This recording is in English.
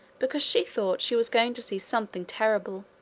because she thought she was going to see something terrible.